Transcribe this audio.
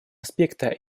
аспекта